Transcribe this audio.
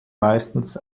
meistens